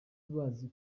bazi